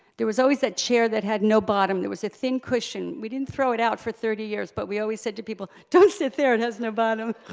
there was always that chair that had no bottom, there was a thin cushion we didn't throw it out for thirty years, but we always said to people don't sit there, it has no bottom.